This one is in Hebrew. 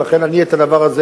ולכן אני אבדוק את הדבר הזה,